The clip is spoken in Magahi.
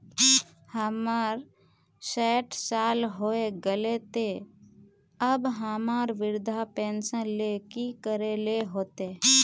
हमर सायट साल होय गले ते अब हमरा वृद्धा पेंशन ले की करे ले होते?